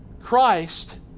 Christ